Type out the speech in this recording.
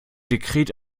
dekret